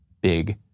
big